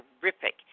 terrific